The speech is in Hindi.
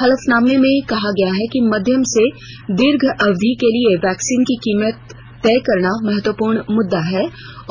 हलफनामे में कहा गया है कि मध्यम से दीर्घ अवधि के लिए वैक्सीन की कीमत तय करना महत्वपूर्ण मुद्दा है